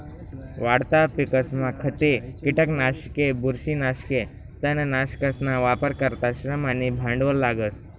वाढता पिकसमा खते, किटकनाशके, बुरशीनाशके, तणनाशकसना वापर करता श्रम आणि भांडवल लागस